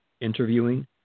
interviewing